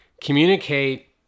Communicate